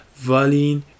valine